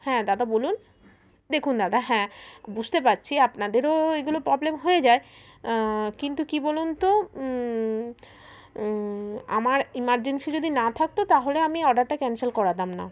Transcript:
হ্যাঁ দাদা বলুন দেখুন দাদা হ্যাঁ বুঝতে পারচ্ছি আপনাদেরও এগুলো প্রবলেম হয়ে যায় কিন্তু কি বলুন তো আমার ইমারজেন্সি যদি না থাকতো তাহলে আমি অর্ডারটা ক্যান্সেল করাতাম না